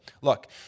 Look